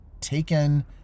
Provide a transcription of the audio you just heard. Taken